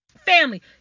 family